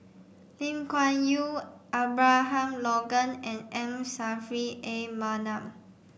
Lim Kuan Yew Abraham Logan and M Saffri A Manaf